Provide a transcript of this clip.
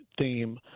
theme